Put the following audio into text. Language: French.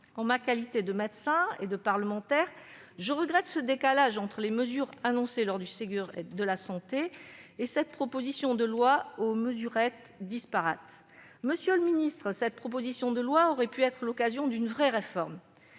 En ma qualité de médecin et de parlementaire, je regrette ce décalage entre les mesures annoncées lors du Ségur de la santé et cette proposition de loi aux mesurettes disparates. Monsieur le ministre, ce texte aurait pu être l'occasion d'une vraie réforme,